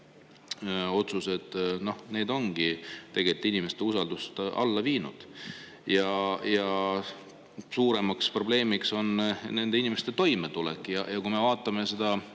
otsused, need ongi tegelikult inimeste usaldust alla viinud. Suuremaks probleemiks on nende inimeste toimetulek. Kui me vaatame